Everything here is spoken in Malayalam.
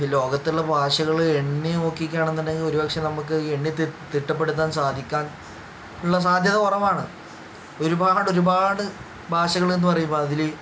ഈ ലോകത്തുള്ള ഭാഷകൾ എണ്ണി നോക്കി നോക്കുവാണെന്നുണ്ടെങ്കിൽ ഒരുപക്ഷെ നമുക്ക് എണ്ണി തിട്ടപ്പെടുത്താൻ സാധിക്കാൻ ഉള്ള സാധ്യത കുറവാണ് ഒരുപാട് ഒരുപാട് ഭാഷകൾ എന്ന് പറയുമ്പോൾ അതിൽ